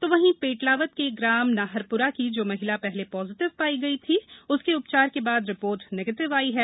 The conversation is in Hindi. त वंही पेटलावद के ग्राम नाहरप्रा की ज महिला पहले पॉजिटिव आई थी उसकी उपचार के बाद रिपार्ट नेगेटिव आई है